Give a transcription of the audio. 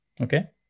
Okay